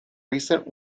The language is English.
recent